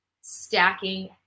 stacking